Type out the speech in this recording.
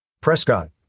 Prescott